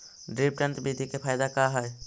Drip तन्त्र बिधि के फायदा का है?